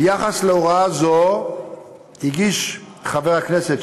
ביחס להוראה זו הגיש חבר הכנסת,